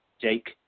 Jake